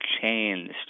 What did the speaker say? changed